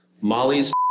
Molly's